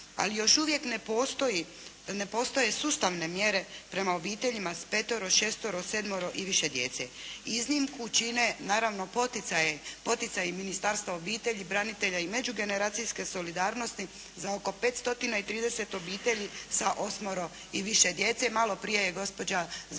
ali još uvijek ne postoje sustavne mjere prema obiteljima s petoro, šestoro, sedmoro i više djece. Iznimku čine, naravno, poticaji Ministarstva obitelji, branitelja i međugeneracijske solidarnosti za oko pet stotina i trideset obitelji sa osmoro i više djece. Maloprije je gospođa